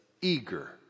eager